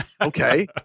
Okay